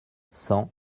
cent